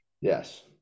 Yes